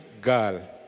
girl